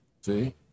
See